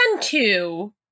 two